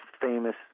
famous